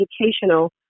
educational